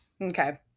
Okay